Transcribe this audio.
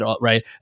right